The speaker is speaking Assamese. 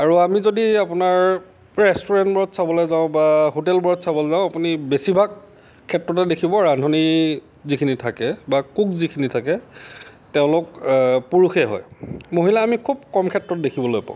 আৰু আমি যদি আপোনাৰ ৰেষ্টুৰেণ্টবোৰত চাবলৈ যাওঁ বা হোটেলবোত চাবলৈ যাওঁ আপুনি বেছি ভাগ ক্ষেত্ৰতে দেখিব ৰান্ধিনি যিখিনি থাকে বা কুক যিখিনি থাকে তেওঁলোকে পুৰুষে হয় মহিলা আমি খুব কম ক্ষেত্ৰত দেখিবলৈ পাওঁ